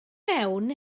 mewn